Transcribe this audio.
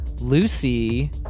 Lucy